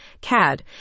CAD